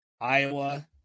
Iowa